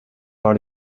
par